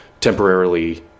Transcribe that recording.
temporarily